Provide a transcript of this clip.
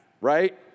right